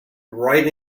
right